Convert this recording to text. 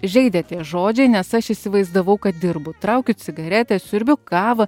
žeidė tie žodžiai nes aš įsivaizdavau kad dirbu traukiu cigaretę siurbiu kavą